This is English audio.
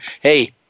hey